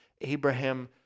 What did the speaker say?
Abraham